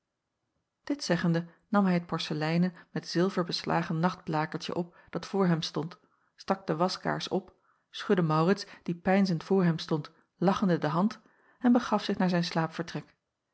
dit zeggende nam hij het porceleinen met zilver beslagen nachtblakertje op dat voor hem stond stak de waskaars op schudde maurits die peinzend voor hem stond lachende de hand en begaf zich naar zijn